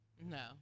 No